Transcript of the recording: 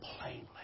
plainly